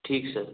ठीक सर